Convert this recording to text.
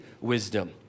wisdom